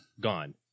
gone